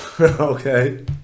Okay